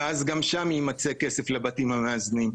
ואז גם שם יימצא כסף לבתים המאזנים.